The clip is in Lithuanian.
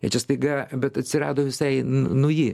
ir čia staiga bet atsirado visai nauji